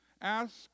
Ask